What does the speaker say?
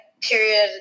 period